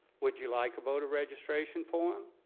would you like a voter registration form?